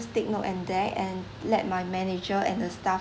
take note and that and let my manager and the staff